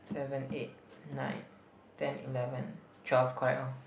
seven eight nine ten eleven twelve correct lor